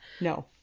No